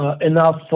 enough